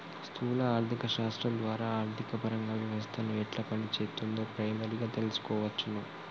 స్థూల ఆర్థిక శాస్త్రం ద్వారా ఆర్థికపరంగా వ్యవస్థను ఎట్లా పనిచేత్తుందో ప్రైమరీగా తెల్సుకోవచ్చును